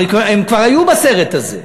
הרי הם כבר היו בסרט הזה.